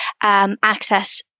access